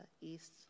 east